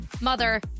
mother